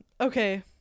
Okay